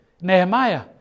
Nehemiah